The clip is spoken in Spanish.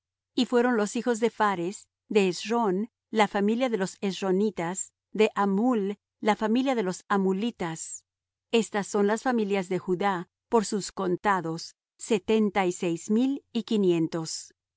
y fueron los hijos de phares de hesrón la familia de los hesronitas de hamul la familia de los hamulitas estas son las familias de judá por sus contados setenta y seis mil y quinientos